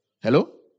Hello